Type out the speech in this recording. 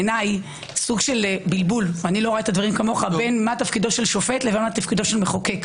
איני רואה את הדברים כמוך בין מה תפקידו של שופט לבין תפקידו של מחוקק.